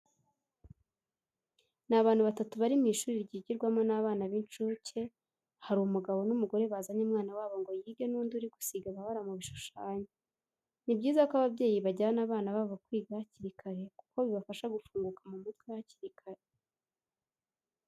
Ni abantu batatu bari mu ishuri ryigirwamo n'abana b'incuke, hari umugabo n'umugore bazanye umwana wabo ngo yige n'undi uri gusiga amabara mu bishushanyo. Ni byiza ko ababyeyi bajyana abana babo kwiga hakiri kare kuko bibafasha gufunguka mu mutwe hakiri kare.